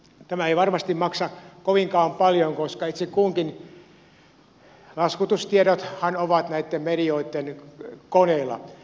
tämä ei varmasti maksa kovinkaan paljon koska itse kunkin laskutustiedothan ovat näitten medioitten koneilla